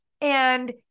And-